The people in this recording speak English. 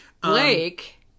Blake